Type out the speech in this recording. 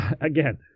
Again